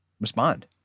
respond